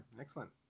Excellent